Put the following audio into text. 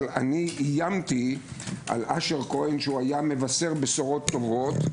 אבל איימתי על אשר כהן שיהיה מבשר טובות,